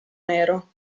nero